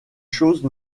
choses